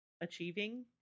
achieving